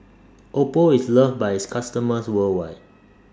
Oppo IS loved By its customers worldwide